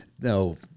no